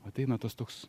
ateina tas toks